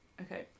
Okay